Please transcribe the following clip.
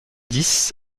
dix